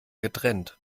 getrennt